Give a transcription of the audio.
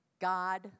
God